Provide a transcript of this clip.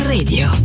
Radio